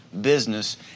business